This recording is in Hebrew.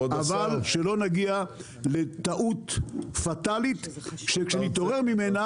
אבל שלא נגיע לטעות פטאלית שכשנתעורר ממנה